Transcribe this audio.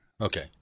okay